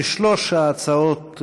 על שלוש ההצעות,